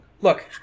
Look